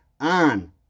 on